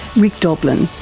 rick doblin,